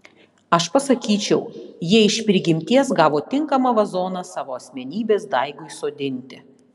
aš pasakyčiau jie iš prigimties gavo tinkamą vazoną savo asmenybės daigui sodinti